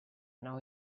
now